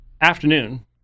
afternoon